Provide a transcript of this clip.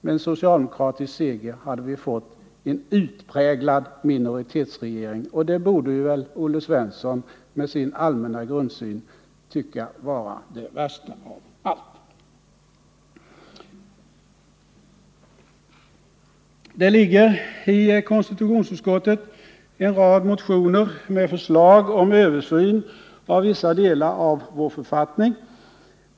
Med en socialdemokratisk seger hade vi fått en utpräglad minoritetsregering. Det borde väl Olle Svensson, med sin allmänna grundsyn, tycka vara det värsta av allt. Det ligger i konstitutionsutskottet en rad motioner med förslag om översyn av vissa delar av vår författning.